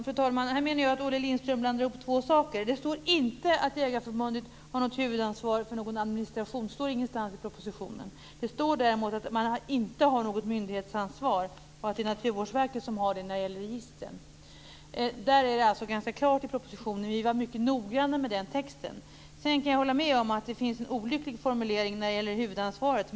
Fru talman! Här menar jag att Olle Lindström blandar ihop två saker. Det står ingenstans i propositionen att Jägareförbundet har något huvudansvar för någon administration. Det står däremot att Jägareförbundet inte har något myndighetsansvar och att det är Naturvårdsverket som har ansvaret när det gäller registren. Där är det alltså ganska klart i propositionen. Vi var mycket noggranna med den texten. Sedan kan jag hålla med om att det finns en olycklig formulering i fråga om huvudansvaret.